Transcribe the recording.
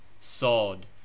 Sod